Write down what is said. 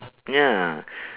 ya